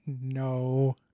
No